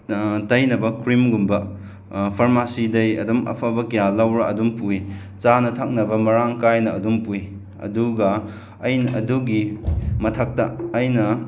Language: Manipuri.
ꯇꯩꯅꯕ ꯀ꯭ꯔꯤꯝꯒꯨꯝꯕ ꯐꯥꯔꯃꯥꯁꯤꯗꯒꯤ ꯑꯗꯨꯝ ꯑꯐꯕ ꯀꯌꯥ ꯂꯧꯔꯒ ꯑꯗꯨꯝ ꯄꯨꯏ ꯆꯥꯅ ꯊꯛꯅꯕ ꯃꯔꯥꯡ ꯀꯥꯏꯅ ꯑꯗꯨꯝ ꯄꯨꯏ ꯑꯗꯨꯒ ꯑꯩꯅ ꯑꯗꯨꯒꯤ ꯃꯊꯛꯇ ꯑꯩꯅ